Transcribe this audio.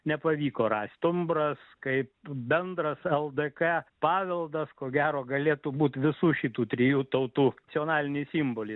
nepavyko rast stumbras kaip bendras ldk paveldas ko gero galėtų būt visų šitų trijų tautų nacionalinis simbolis